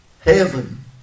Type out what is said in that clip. heaven